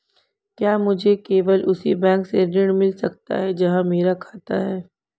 क्या मुझे केवल उसी बैंक से ऋण मिल सकता है जहां मेरा खाता है?